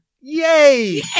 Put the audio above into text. Yay